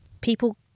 people